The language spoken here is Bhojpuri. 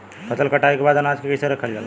फसल कटाई के बाद अनाज के कईसे रखल जाला?